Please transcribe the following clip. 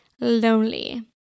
lonely